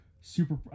super